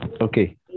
Okay